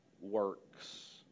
works